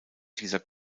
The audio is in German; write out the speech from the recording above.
dieser